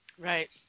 Right